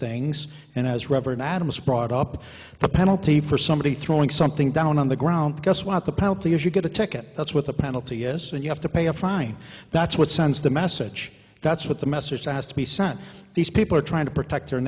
things and as reverend adams brought up the penalty for somebody throwing something down on the ground guess what the penalty is you get a ticket that's what the penalty is and you have to pay a fine that's what sends the message that's what the message has to be sent these people are trying to protect the